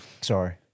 Sorry